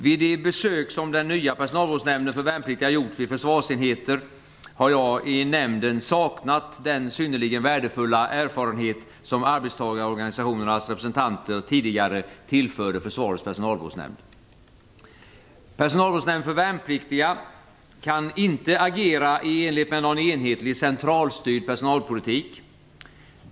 Vid de besök som den nya personalvårdsnämnden för värnpliktiga gjort vid försvarsenheter har jag i nämnden saknat den synnerligen värdefulla erfarenhet som arbetstagarorganisationernas representanter tidigare tillförde Försvarets personalvårdsnämnd. Personalvårdsnämnden för värnpliktiga kan inte agera i enlighet med någon enhetlig centralstyrd personalpolitik.